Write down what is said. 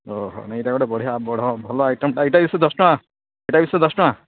ଓହୋ ନା ଏଇଟା ଗୋଟେ ବଢ଼ିଆ ଭଲ ଆଇଟମ୍ଟା ଏଇଟା ଏସବୁ ଦଶ ଟଙ୍କା ଏଇଟା ଏସବୁ ଦଶ ଟଙ୍କା